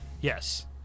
Yes